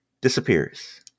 disappears